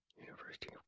University